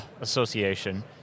Association